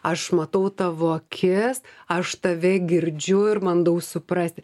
aš matau tavo akis aš tave girdžiu ir bandau suprasti